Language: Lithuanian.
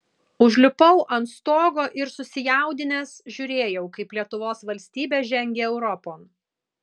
užlipau ant stogo ir susijaudinęs žiūrėjau kaip lietuvos valstybė žengia europon